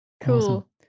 Cool